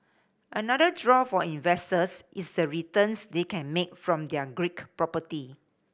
another draw for investors is the returns they can make from their Greek property